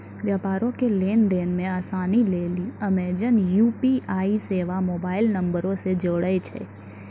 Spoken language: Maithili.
व्यापारो के लेन देन मे असानी लेली अमेजन यू.पी.आई सेबा मोबाइल नंबरो से जोड़ै छै